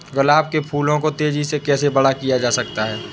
गुलाब के फूलों को तेजी से कैसे बड़ा किया जा सकता है?